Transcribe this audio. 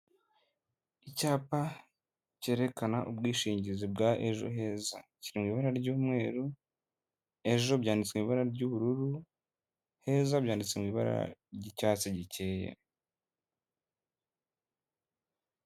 Icyapa cyerekana ubwishingizi bwa Ejo heza, kiri mu ibara ry'umweru, ejo byanditswe ibara ry'ubururu, heza byanditse mu ibara ry ricyatsi gikeye.